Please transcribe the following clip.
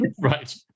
Right